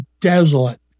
desolate